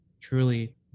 truly